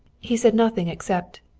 he said nothing except,